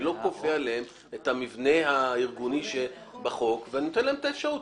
אני לא קובע להם את המבנה הארגוני שבחוק ואני נותן להם את האפשרות.